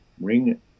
ring